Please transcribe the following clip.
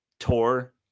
Tour